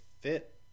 fit